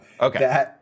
Okay